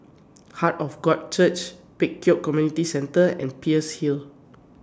Heart of God Church Pek Kio Community Centre and Peirce Hill